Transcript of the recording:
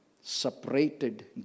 separated